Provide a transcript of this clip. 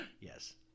Yes